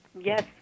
yes